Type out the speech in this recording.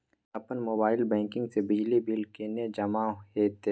अपन mobile banking से बिजली बिल केने जमा हेते?